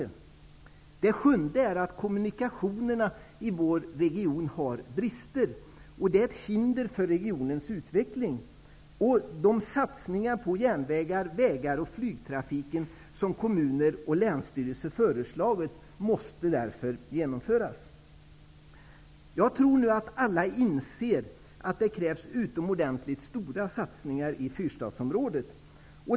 För det sjunde har kommunikationerna i vår region brister. Det är ett hinder för regionens utveckling. De statsningar på vägar och järnvägar samt flygtrafiken som kommuner och som länsstyrelser har föreslagit måste därför genomföras. Jag tror att alla nu inser att det krävs utomordentligt stora satsningar i fyrstadsområdet.